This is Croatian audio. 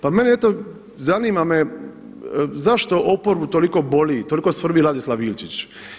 Pa mene eto, zanima me zašto oporbu toliko boli, toliki svrbi Ladislav Ilčić.